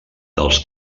dels